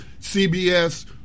CBS